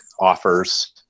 offers